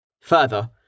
Further